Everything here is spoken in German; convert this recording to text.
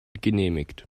genehmigt